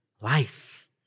life